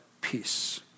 peace